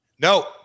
No